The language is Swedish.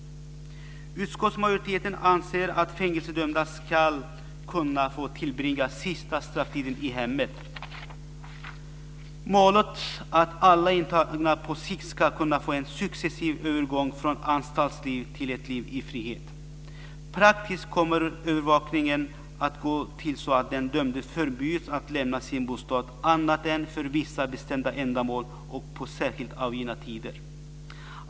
Utskottsmajoriteten anser att fängelsedömda ska kunna få tillbringa den sista strafftiden i hemmet. Målet är att alla intagna på sikt ska kunna få en successiv övergång från anstaltsliv till ett liv i frihet. Praktiskt kommer övervakningen att gå till så att den dömde förbjuds att lämna sin bostad annat än för vissa bestämda ändamål och på särskilt angivna tider.